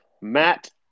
matt